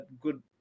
good